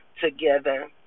together